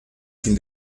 sin